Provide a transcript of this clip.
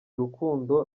urukundo